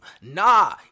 Nah